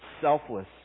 selfless